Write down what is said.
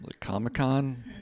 comic-con